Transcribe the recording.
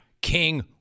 King